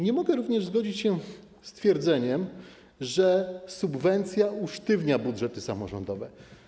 Nie mogę również zgodzić się z twierdzeniem, że subwencja usztywnia budżety samorządowe.